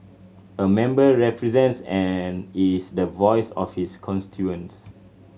a member represents and is the voice of his constituents